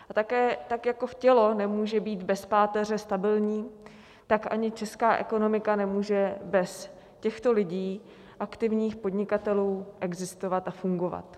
A tak jako tělo nemůže být bez páteře stabilní, tak ani česká ekonomika nemůže bez těchto lidí, aktivních podnikatelů, existovat a fungovat.